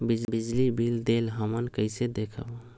बिजली बिल देल हमन कईसे देखब?